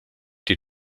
die